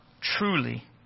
truly